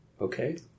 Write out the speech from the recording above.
okay